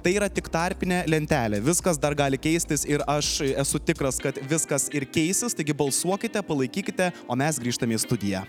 tai yra tik tarpinė lentelė viskas dar gali keistis ir aš esu tikras kad viskas ir keisis taigi balsuokite palaikykite o mes grįžtam į studiją